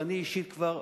ואני אישית כבר,